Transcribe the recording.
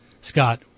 Scott